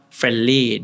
friendly